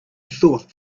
thought